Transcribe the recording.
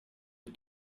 est